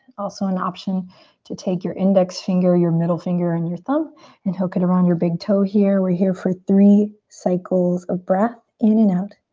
also an option to take your index finger, your middle finger and your thumb and hook it around your big toe here. we're here for three cycles of breath in and out.